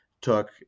took